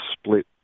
split